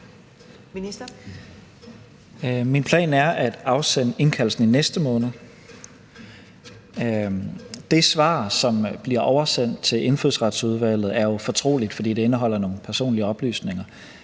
Min plan er at afsende indkaldelsen i næste måned. Det svar, som bliver oversendt til Indfødsretsudvalget, er jo fortroligt, fordi det indeholder nogle personlige oplysninger,